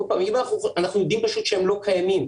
עוד פעם, אנחנו יודעים פשוט שהם לא קיימים.